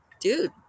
dude